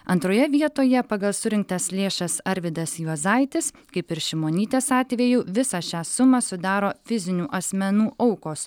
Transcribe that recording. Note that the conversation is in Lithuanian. antroje vietoje pagal surinktas lėšas arvydas juozaitis kaip ir šimonytės atveju visą šią sumą sudaro fizinių asmenų aukos